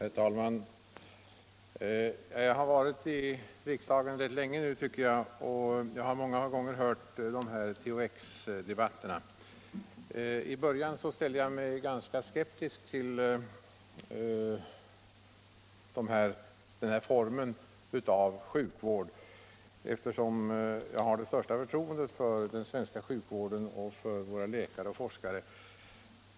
Herr talman! Jag har nu varit i riksdagen ganska länge, och jag har många gånger lyssnat till de här THX-debatterna. I början ställde jag mig ganska skeptisk till den här formen av sjukvård, eftersom jag har det största förtroende för den svenska sjukvården och för våra läkare och forskare.